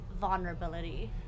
vulnerability